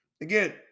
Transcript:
again